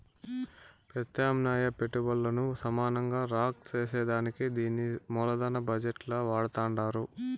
పెత్యామ్నాయ పెట్టుబల్లను సమానంగా రాంక్ సేసేదానికే దీన్ని మూలదన బజెట్ ల వాడతండారు